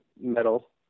metal